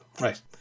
Right